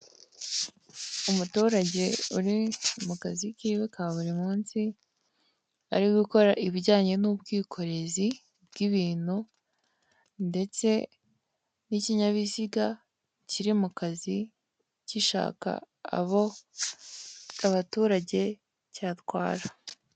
Umuturage uri mukazi kiwe ka burimunsi ari gukora ibijyanye nubwikorezi bwibintu ndetse n'ikinyabiziga kiri mukazi gishaka abo abaturage cyatwara.